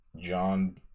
John